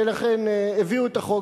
ולכן הביאו את החוק,